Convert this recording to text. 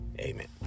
Amen